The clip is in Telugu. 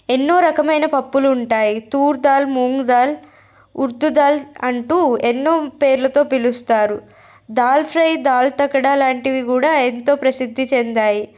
ఎన్నో రకమైన పప్పులు ఉంటాయి తూర్ దాల్ మూంగ్ దాల్ ఉర్దుదాల్ అంటూ ఎన్నో పేర్లతో పిలుస్తారు దాల్ ఫ్రై దాల్ తకడా లాంటివి కూడా ఎంతో ప్రసిద్ధి చెందాయి